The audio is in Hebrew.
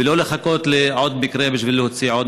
ולא לחכות לעוד מקרה בשביל להוציא עוד